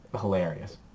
hilarious